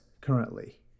currently